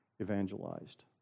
evangelized